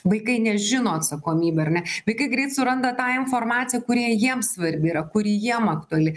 vaikai nežino atsakomybė ar ne vaikai greit suranda tą informaciją kuri jiem svarbi yra kuri jiem aktuali